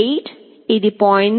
8 ఇది 0